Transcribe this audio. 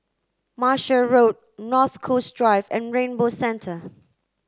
Martia Road North Coast Drive and Rainbow Centre